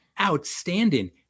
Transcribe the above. outstanding